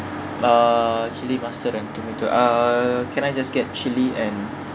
uh chilli mustard and tomato uh can I just get chilli and